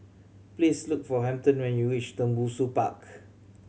please look for Hampton when you reach Tembusu Park